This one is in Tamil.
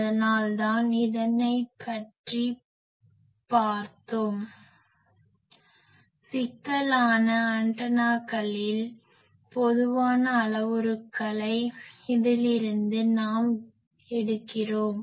அதனால் தான் இதனைபள்றி பார்த்தோம் சிக்கலான ஆண்டனாக்களின் பொதுவான அளவுருக்களை இதிலிருந்து தான் நாம் எடுக்கிறோம்